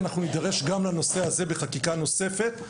נדרש גם לנושא הזה בחקיקה נוספת.